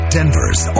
Denver's